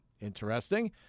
Interesting